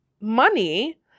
money